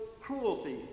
cruelty